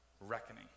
reckoning